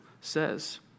says